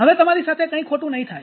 હવે તમારી સાથે કંઇ ખોટું નહીં થાય